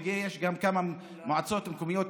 ויש כמה מועצות מקומיות,